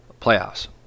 playoffs